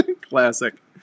Classic